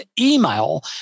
email